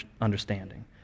understanding